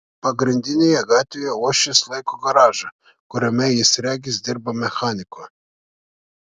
pagrindinėje gatvėje uošvis laiko garažą kuriame jis regis dirba mechaniku